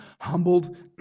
humbled